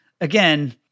again